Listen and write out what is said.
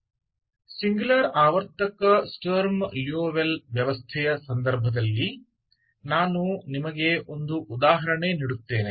मैं आपको singular periodic Sturm Liouville system के मामले में केवल एक उदाहरण दूंगा